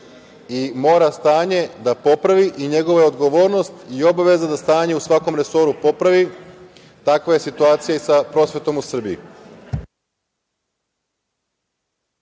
i mora stanje da popravi i njegova je odgovornost i obaveza da stanje u svakom resoru popravi. Takva je situacija i sa prosvetom u Srbiji.